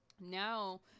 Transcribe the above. now